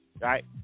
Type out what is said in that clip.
right